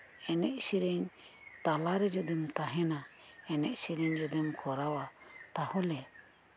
ᱮᱱᱮᱡ ᱥᱮᱹᱨᱮᱹᱧ ᱛᱟᱞᱟᱨᱮ ᱡᱩᱫᱤᱢ ᱛᱟᱦᱮᱱᱟ ᱮᱱᱮᱡ ᱥᱮᱹᱨᱮᱹᱧ ᱡᱩᱫᱤᱢ ᱠᱚᱨᱟᱣᱟ ᱛᱟᱦᱚᱞᱮ